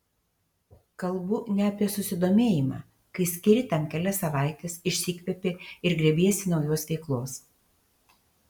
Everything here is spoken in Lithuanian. kalbu ne apie susidomėjimą kai skiri tam kelias savaites išsikvepi ir grėbiesi naujos veiklos